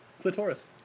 Clitoris